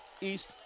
east